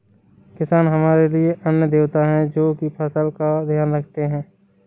किसान हमारे लिए अन्न देवता है, जो की फसल का ध्यान रखते है